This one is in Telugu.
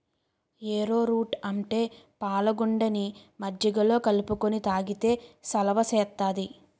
ఏరో రూట్ అంటే పాలగుండని మజ్జిగలో కలుపుకొని తాగితే సలవ సేత్తాది